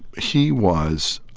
he was